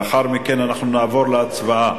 לאחר מכן אנחנו נעבור להצבעה,